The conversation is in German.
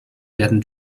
werden